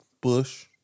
Bush